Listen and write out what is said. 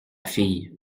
fille